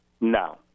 No